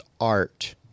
art